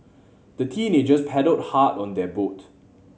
the teenagers paddled hard on their boat